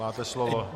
Máte slovo.